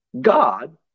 God